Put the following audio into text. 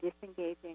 disengaging